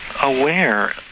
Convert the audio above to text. aware